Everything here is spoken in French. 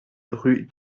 rue